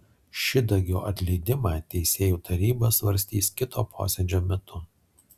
šidagio atleidimą teisėjų taryba svarstys kito posėdžio metu